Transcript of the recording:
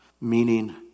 Meaning